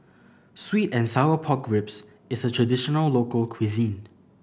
sweet and sour pork ribs is a traditional local cuisine